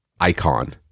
icon